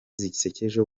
zisekeje